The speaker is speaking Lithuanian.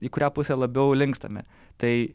į kurią pusę labiau linkstame tai